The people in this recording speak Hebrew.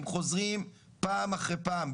הם חוזרים פעם אחר פעם,